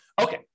Okay